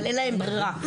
אבל אין להם ברירה.